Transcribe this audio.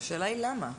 השאלה היא למה.